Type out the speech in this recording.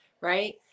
Right